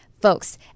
folks